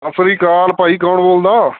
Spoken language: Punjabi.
ਸਤਿ ਸ਼੍ਰੀ ਅਕਾਲ ਭਾਈ ਕੌਣ ਬੋਲਦਾ